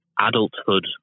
adulthood